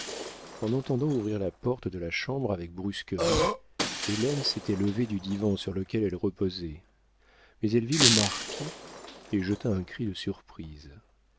en entendant ouvrir la porte de la chambre avec brusquerie hélène s'était levée du divan sur lequel elle reposait mais elle vit le marquis et jeta un cri de surprise